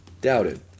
doubted